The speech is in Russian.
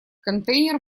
контейнер